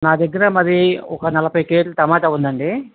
నా దగ్గర మరి ఒక నలభై కేజీలు టమాటా ఉందండి